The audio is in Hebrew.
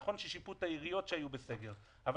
נכון ששיפו את העיריות שהיו בסגר אבל